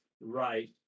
right